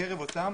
בקרב אותם